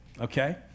okay